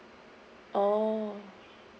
oh